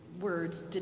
words